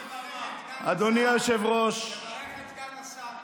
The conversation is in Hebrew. אדוני היושב-ראש, תברך את סגן השר.